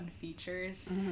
features